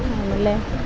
ಆಮೇಲೆ